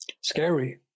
Scary